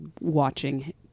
watching